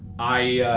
i ah,